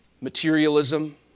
materialism